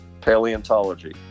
paleontology